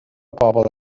bobol